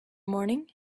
morning